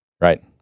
Right